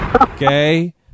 Okay